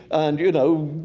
and, you know,